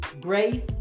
grace